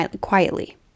quietly